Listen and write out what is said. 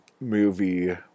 movie